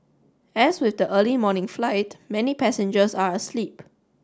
as with the early morning flight many passengers are asleep